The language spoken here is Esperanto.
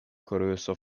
koruso